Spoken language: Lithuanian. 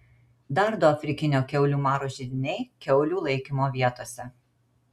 dar du afrikinio kiaulių maro židiniai kiaulių laikymo vietose